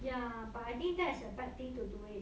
ya but I think there is a bad thing to do it